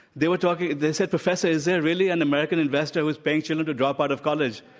they were talking they said, professor, is there really an american investor who's paying children to drop out of college?